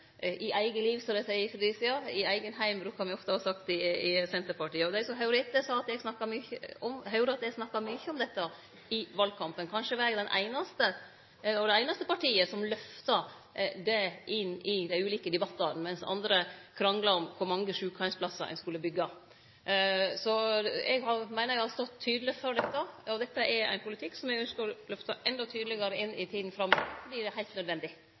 i eige liv, som dei seier i Fredericia – i eigen heim, brukar me ofte å seie i Senterpartiet. Dei som høyrde etter, høyrde at eg snakka mykje om dette i valkampen. Kanskje var eg den einaste – og Senterpartiet det einaste partiet – som lyfta dette inn i dei ulike debattane, mens andre krangla om kor mange sjukeheimsplassar ein skulle byggje. Eg meiner eg har stått tydeleg for dette, og det er ein politikk som eg ynskjer å lyfte endå tydelegare inn i tida framover, for det er heilt nødvendig.